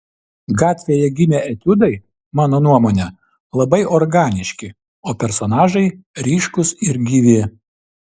gatvėje gimę etiudai mano nuomone labai organiški o personažai ryškūs ir gyvi